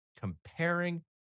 comparing